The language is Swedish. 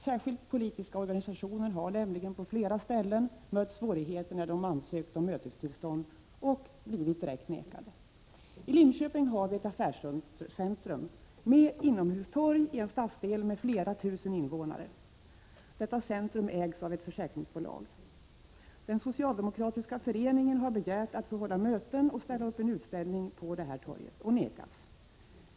Särskilt politiska organisationer har nämligen på flera ställen mött svårigheter när de ansökt om mötestillstånd eller blivit direkt nekade. I Linköping har vi ett affärscentrum med inomhustorg i en stadsdel med flera tusen invånare. Detta centrum ägs av ett försäkringsbolag. Den socialdemokratiska föreningen har begärt att få hålla möten och ställa upp en utställning på detta torg och nekats.